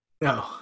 No